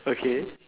okay